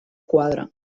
quadre